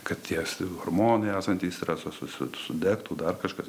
kad tie hormonai esantys yra sus su sudegtų dar kažkas